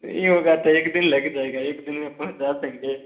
तो यह होगा तो एक दिन लग जाएगा एक दिन में पहुँचा देंगे